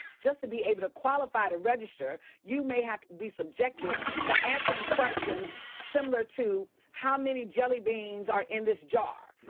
just to be able to qualify to register, you may have to be subjected to answering questions similar to, how many jelly beans are in this jar?